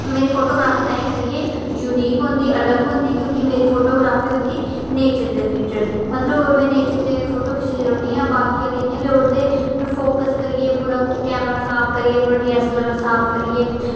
मिगी फोटोग्रॉफी ताहीं करियै युनिक होंदी अलग होंदी तां कि मेरी फोटोग्रॉफी होंदी नेचर दे रिलेटिड ओह् मतलब कि में नेचर दे फोटू खिच्चदे रौह्न्नी आं केईं बारी इ'यां लेई ओड़दे कैमरा साफ करियै डीएलआरएस साफ करियै